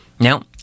Now